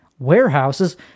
warehouses